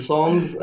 Songs